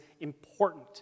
important